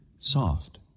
Soft